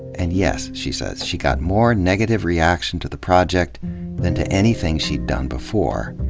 and yes, she says, she got more negative reaction to the project than to anything she'd done before.